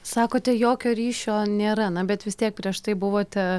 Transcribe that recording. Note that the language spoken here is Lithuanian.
sakote jokio ryšio nėra na bet vis tiek prieš tai buvote